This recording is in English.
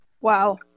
Wow